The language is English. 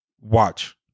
watch